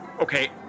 okay